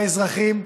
לאזרחים.